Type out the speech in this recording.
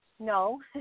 No